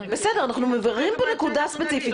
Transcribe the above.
בסדר, אנחנו מבררים פה נקודה ספציפית.